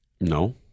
No